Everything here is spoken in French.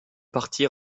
parti